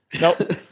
Nope